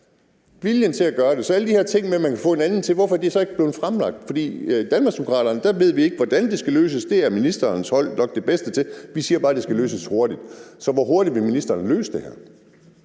viljen til at gøre det. Så hvorfor er alle de her ting med, at man kan få noget andet, så ikke blevet fremlagt? For i Danmarksdemokraterne ved vi ikke, hvordan det skal løses – det er ministerens hold nok det bedste til – men vi siger bare, at det skal løses hurtigt. Så hvor hurtigt vil ministeren løse det her?